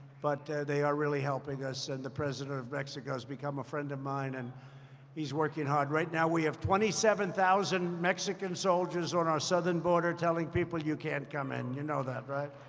but they are really helping us. and the president of mexico has become a friend of mine, and he's working hard. right now, we have twenty seven thousand mexican soldiers on our southern border telling people, you can't come in. you know that, right?